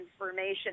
information